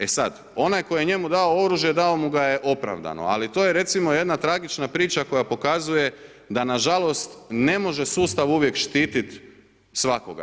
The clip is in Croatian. E sad, onaj koji je njemu dao oružje, dao mu ga je opravdano ali to je recimo jedna tragična priča koja pokazuje da nažalost ne može sustav uvijek štiti svakoga.